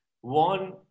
one